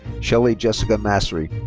shelly jessica massre. yeah